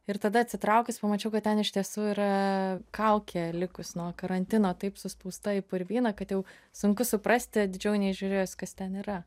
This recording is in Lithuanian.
ir tada atsitraukus pamačiau kad ten iš tiesų yra kaukė likus nuo karantino taip suspausta į purvyną kad jau sunku suprasti atidžiau neįžiūrėjus kas ten yra